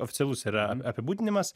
oficialus yra apibūdinimas